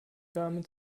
damit